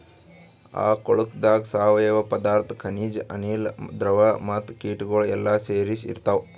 ಆ ಕೊಳುಕದಾಗ್ ಸಾವಯವ ಪದಾರ್ಥ, ಖನಿಜ, ಅನಿಲ, ದ್ರವ ಮತ್ತ ಕೀಟಗೊಳ್ ಎಲ್ಲಾ ಸೇರಿಸಿ ಇರ್ತಾವ್